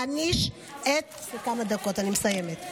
כמה דקות, אני מסיימת.